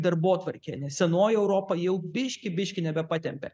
darbotvarkę nes senoji europa jau biškį biškį nebepatempia